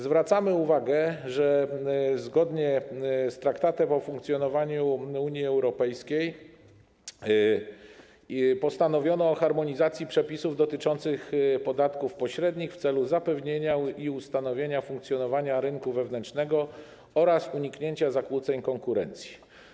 Zwracamy również uwagę, że zgodnie z Traktatem o funkcjonowaniu Unii Europejskiej postanowiono o harmonizacji przepisów dotyczących podatków pośrednich w celu zapewnienia i ustanowienia funkcjonowania rynku wewnętrznego oraz uniknięcia zakłóceń konkurencji.